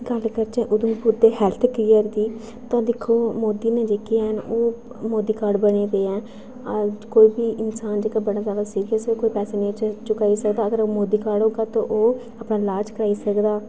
अस गल्ल करचै उधमपुर दे हैल्थ केयर दी तां दिक्खो मोदी ने जेह्के हैन कोई मोदी कार्ड बने दे है कोई बी इन्सान जेह्का बड़ा जादा सीरियस ऐ कोई पैसे नेईं करी सकदा जेह्का अगर मोदी कार्ड होग तां ओह् अपना इलाज कराई सकदा